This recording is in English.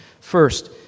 First